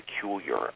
peculiar